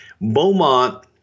Beaumont